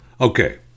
Okay